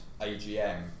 AGM